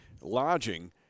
lodging